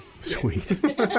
Sweet